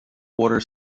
quarter